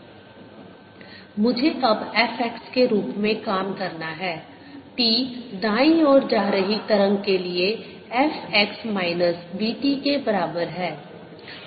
fxtfx0t xv fxtfx0txv मुझे अब f x के रूप में काम करना है t दाईं ओर जा रही तरंग के लिए f x minus v t के बराबर है